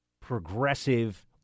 progressive